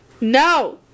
No